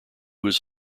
was